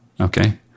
okay